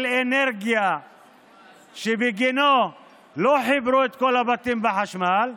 אנרגיה שבגינו לא חיברו את כל הבתים לחשמל.